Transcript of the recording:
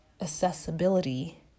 accessibility